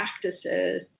practices